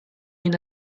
این